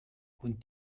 und